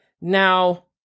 Now